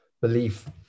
belief